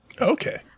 Okay